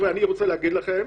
חבר'ה, אני רוצה להגיד לכם,